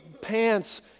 pants